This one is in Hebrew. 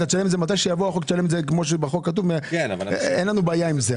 אתה תשלם כמו שבחוק כתוב, אין לנו בעיה עם זה.